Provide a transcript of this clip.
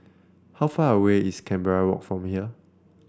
how far away is Canberra Walk from here